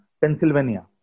Pennsylvania